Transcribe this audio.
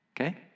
okay